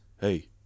Hey